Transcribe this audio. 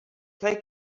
play